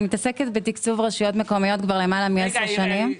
אני מתעסקת בתקצוב רשויות מקומיות למעלה מעשר שנים.